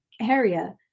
area